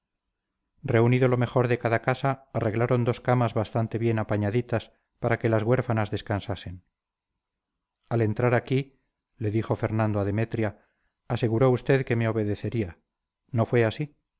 reunido lo mejor de cada casa arreglaron dos camas bastante bien apañaditas para que las huérfanas descansen al entrar aquí le dijo fernando a demetria aseguró usted que me obedecería no fue así